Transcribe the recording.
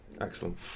Excellent